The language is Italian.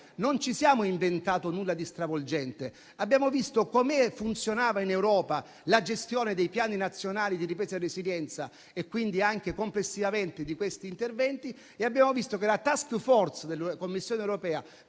Non ci siamo inventati nulla di stravolgente; abbiamo visto come funzionava in Europa la gestione dei piani nazionali di ripresa e resilienza e quindi anche, complessivamente, di questi interventi e abbiamo visto che la *task force* presso la